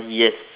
yes